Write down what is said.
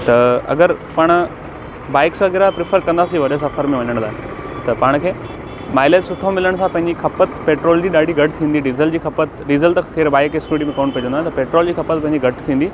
त अगरि पाण बाइक्स वग़ैरह प्रिफर कंदासीं वॾे सफ़र में वञण लाइ त पाण खे माइलेज सुठो मिलण सां पंहिंजी खपत पेट्रोल जी ॾाढी घटि थींदी डीज़ल जी खपत डीज़ल त ख़ैरु बाइक स्कूटी में कोन पवंदो आहे पेट्रोल जी खपत पंहिंजी घटि थींदी